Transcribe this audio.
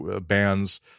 bands